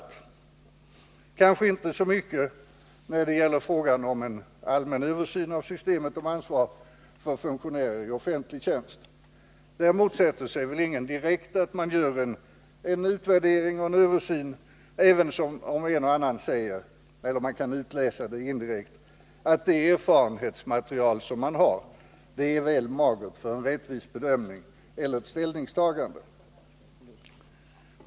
Detta gäller kanske inte så mycket frågan om en allmän översyn av systemet om ansvar för funktionärer i offentlig tjänst. Där motsätter sig väl ingen direkt att man gör en utvärdering eller en översyn, även om en och annan säger — eller man kan utläsa det indirekt — att det erfarenhetsmaterial som man har är väl magert för en rättvis bedömning eller ett ställningstagande.